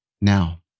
Now